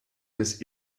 des